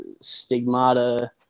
Stigmata